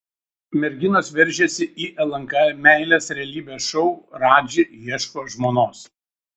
merginos veržiasi į lnk meilės realybės šou radži ieško žmonos